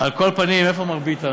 על כל פנים, איפה מר ביטן?